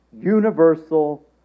Universal